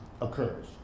occurs